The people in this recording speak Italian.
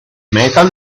metal